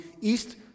east